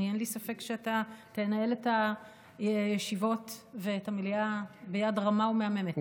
אין לי ספק שאתה תנהל את הישיבות ואת המליאה ביד רמה ומהממת.